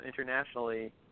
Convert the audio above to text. internationally